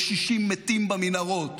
קשישים מתים במנהרות.